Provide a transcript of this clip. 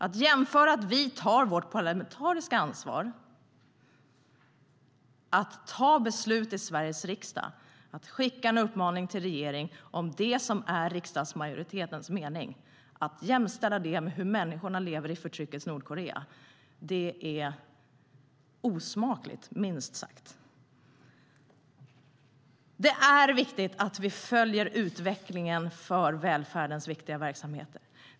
Att jämföra när vi tar vårt parlamentariska ansvar genom att fatta beslut i Sveriges riksdag och skicka en uppmaning till regeringen, det som är riksdagsmajoritetens mening, med hur människorna lever i förtryckets Nordkorea är osmakligt, minst sagt. Det är viktigt att vi följer utvecklingen av välfärdens angelägna verksamheter.